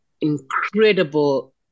incredible